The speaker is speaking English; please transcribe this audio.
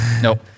nope